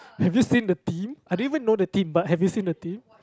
have you seen the team I didn't even know the team but have you seen the team